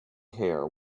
hair